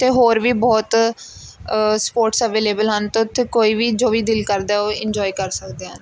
ਅਤੇ ਹੋਰ ਵੀ ਬਹੁਤ ਸਪੋਟਸ ਅਵੇਲੇਬਲ ਹਨ ਅਤੇ ਉੱਥੇ ਕੋਈ ਵੀ ਜੋ ਵੀ ਦਿਲ ਕਰਦਾ ਹੈ ਉਹ ਇੰਨਜੋਏ ਕਰ ਸਕਦੇ ਹਨ